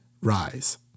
Rise